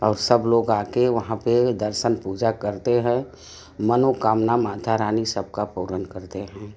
और सब लोग आके वहाँ पे दर्शन पूजा करते हैं मनोकामना माता रानी सबका पूर्ण करते हैं